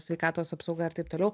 sveikatos apsauga ir taip toliau